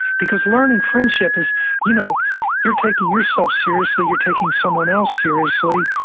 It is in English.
because learning friendship is you know you're taking yourself seriously, you're taking someone else seriously,